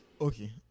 Okay